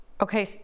Okay